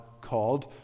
called